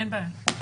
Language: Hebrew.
אין בעיה.